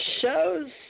shows